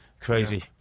Crazy